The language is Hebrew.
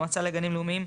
המועצה לגנים לאומיים,